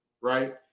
right